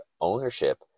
ownership